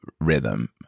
rhythm